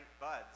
buds